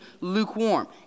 lukewarm